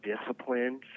discipline